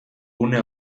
gune